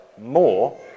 more